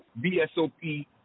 BSOP